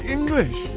English